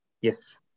Yes